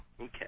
okay